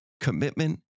commitment